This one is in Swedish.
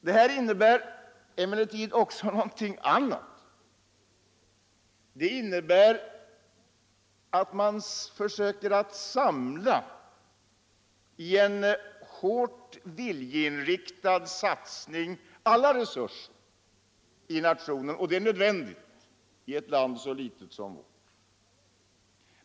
Det här innebär emellertid också någonting annat. Det innebär att man i en hårt viljeinriktad satsning försöker samla alla resurserna i nationen, och det är nödvändigt i ett land så litet som vårt.